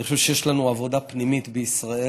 אני חושב שיש לנו עבודה פנימית בישראל,